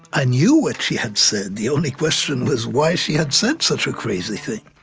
i knew what she had said. the only question was why she had said such a crazy thing.